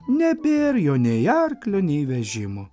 nebėr jo nei arklio nei vežimo